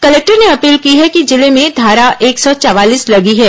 collector ने appeal की है कि जिले में धारा एक सौ चवालीस लगी है